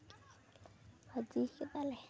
ᱵᱷᱟ ᱡᱤᱭ ᱠᱮᱫᱟᱞᱮ